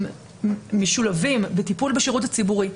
הם משולבים בטיפול בשירות הציבורי.